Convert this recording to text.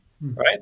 right